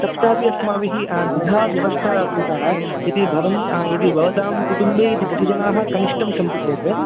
तत्रापि अस्माभिः द्विधा व्यवस्था कृता यदि भवन् यदि भवतां कुटुम्बे यदि दशजनाः कनिष्ठं सन्ति चेत्